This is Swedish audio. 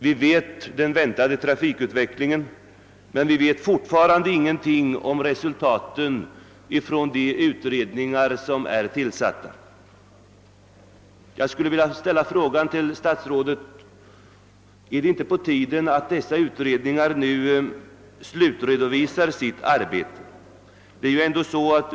Vi känner till den väntade trafikutvecklingen, men vi vet fortfarande ingenting om resultaten av de utredningar som är tillsatta. Jag skulle vilja fråga statsrådet: Är det inte på tiden att dessa utredningar nu slutredovisar sitt arbete?